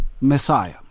Messiah